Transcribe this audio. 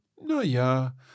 Naja